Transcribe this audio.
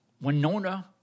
Winona